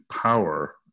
power